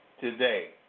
today